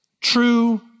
true